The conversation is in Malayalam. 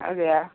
അതെയോ